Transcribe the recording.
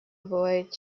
avoid